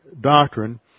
doctrine